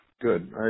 Good